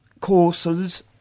courses